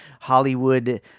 hollywood